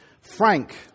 Frank